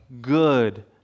good